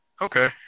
okay